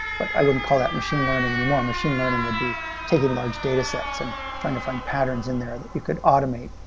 but i wouldn't call that machine learning anymore. machine learning would be taking large datasets and trying to find patterns in there that you could automate.